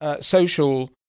Social